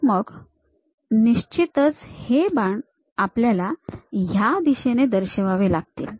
तर मग निश्चितच हे बाण आपल्याला या दिशेने दर्शवावे लागतील